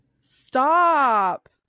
Stop